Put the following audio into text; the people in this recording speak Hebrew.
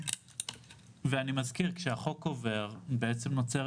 אני מזכיר שכשהחוק עובר בעצם נוצרת